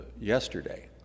yesterday